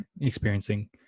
experiencing